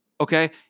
okay